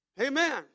Amen